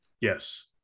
Yes